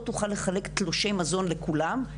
לא תוכל לחלק תלושי מזון לכולם,